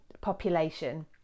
population